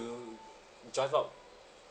drive out